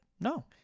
no